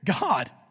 God